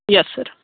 yes sir